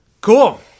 Cool